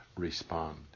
respond